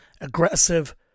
aggressive